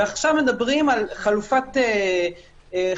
ועכשיו מדברים על חלופת קנס.